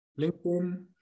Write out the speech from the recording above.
LinkedIn